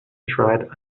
tried